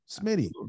smitty